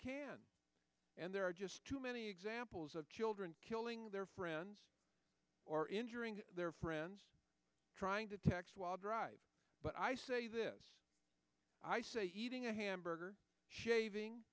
can and there are just too many examples of children killing their friends or injuring their friends trying to text while driving but i say this i say eating a hamburger